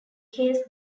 case